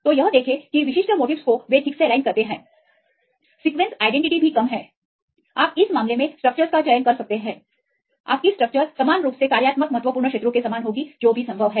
तो यह देखें कि विशिष्ट मोटीफ्स को वे ठीक से एलाइन करते हैं सीक्वेंसआईडेंटिटी भी कम हैं आप इस मामले में स्ट्रक्चरस का चयन कर सकते हैं आपकी स्ट्रक्चर समान रूप से कार्यात्मक महत्वपूर्ण क्षेत्रों के समान होगी जो भी संभव है